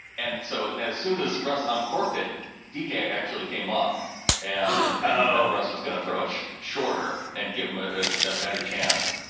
and so as as soon as russ uncorked, it dk actually came up and russ was going to throw it sh shorter and give him a better chance.